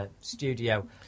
studio